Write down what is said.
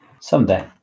Someday